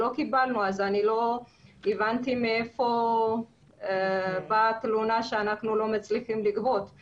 לא קיבלנו ולכן לא הבנתי מאיפה באה התלונה שאנחנו לא מצליחים לגבות.